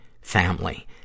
family